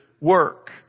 work